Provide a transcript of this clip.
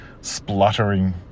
spluttering